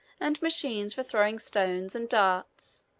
and machines for throwing stones and darts,